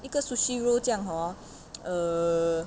一个 sushi roll 这样 hor err